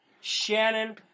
Shannon